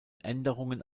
änderungen